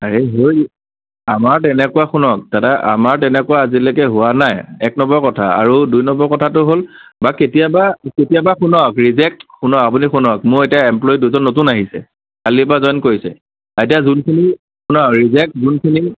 আৰে হৈ আমাৰ তেনেকুৱা শুনক দাদা আমাৰ তেনেকুৱা আজিলৈকে হোৱা নাই এক নম্বৰ কথা আৰু দুই নম্বৰ কথাটো হ'ল বা কেতিয়াবা কেতিয়াবা শুনক ৰিজেক্ট শুনক আপুনি শুনক মোৰ এতিয়া এমপ্লয়ী দুজন নতুন আহিছে কালিৰ পৰা জইন কৰিছে এতিয়া যোনখিনি শুনক ৰিজেক্ট যোনখিনি